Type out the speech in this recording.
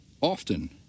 often